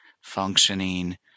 functioning